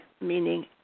meaning